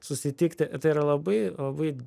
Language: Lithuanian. susitikti ir tai yra labai labai